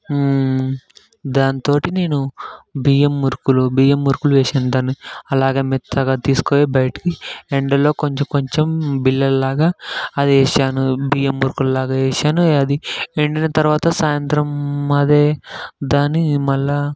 దానితో నేను బియ్యం మురుకులు బియ్యం మురుకులు వేసాను దాన్ని అలాగా మెత్తగా తీసుకపోయి బయటికి ఎండలో కొంచెం కొంచెం బిల్లల లాగా అది వేసాను బియ్యం మురుకుల లాగా వేశాను అది ఎండిన తర్వాత సాయంత్రం అదే దాన్ని మళ్ళీ